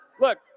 Look